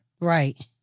right